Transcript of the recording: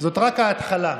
אבל למישהו זה נראה ראוי,